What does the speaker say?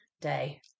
day